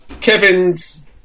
Kevin's